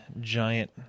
giant